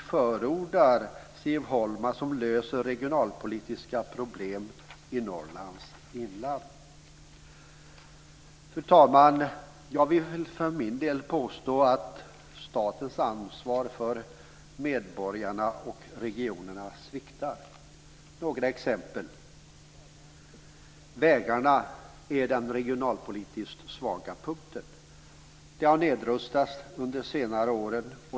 Fru talman! Jag vill påstå att statens ansvar för medborgarna och regionerna sviktar. Jag ska ge några exempel. Vägarna är den regionalpolitiskt svaga punkten. De har nedrustats under de senare åren.